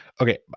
Okay